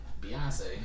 Beyonce